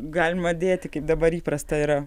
galima dėti kaip dabar įprasta yra